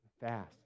fast